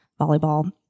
volleyball